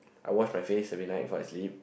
I wash my face every night before I sleep